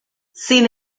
sin